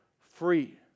free